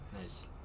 nice